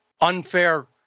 unfair